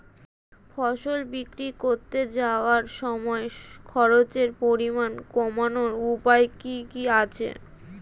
ফসল বিক্রি করতে যাওয়ার সময় খরচের পরিমাণ কমানোর উপায় কি কি আছে?